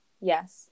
yes